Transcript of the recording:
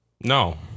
No